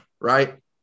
right